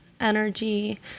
energy